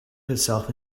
herself